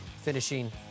finishing